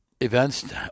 events